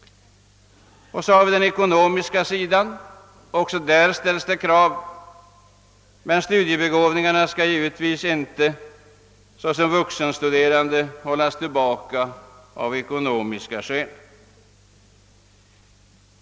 Så har vi den ekonomiska sidan av saken. Också därvidlag ställs stora krav, men studiebegåvningarna skall inte såsom vuxenstuderande hållas tillbaka av ekonomiska skäl.